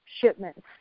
shipments